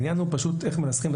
העניין הוא פשוט איך מנסחים.